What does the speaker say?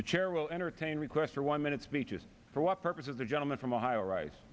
the chair will entertain requests for one minute speeches for what purpose of the gentleman from ohio wri